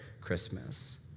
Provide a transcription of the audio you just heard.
Christmas